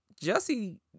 jesse